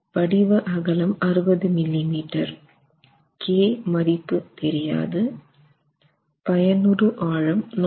படிவ அகலம் 60 millimetre k மதிப்பு தெரியாது பயனுறு ஆழம் 4